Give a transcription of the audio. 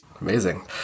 amazing